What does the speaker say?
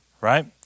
right